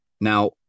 Now